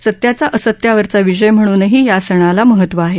सत्याचा असत्यावरचा विजय म्हणूनही या सणाला महत्वं आहे